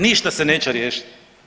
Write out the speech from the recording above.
Ništa se neće riješiti.